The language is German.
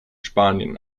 spanien